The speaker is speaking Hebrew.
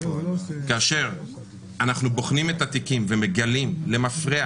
כאשר אנחנו בוחנים את התיקים ומגלים למפרע